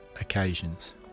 occasions